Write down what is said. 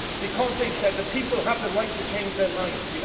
because, they said, the people have the right to change their mind. you know